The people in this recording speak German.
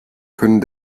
können